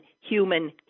human